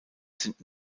sind